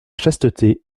chasteté